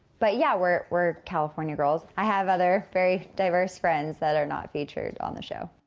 but, yeah we're we're california girls. i have other very diverse friends, that are not featured on the show.